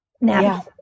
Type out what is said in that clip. now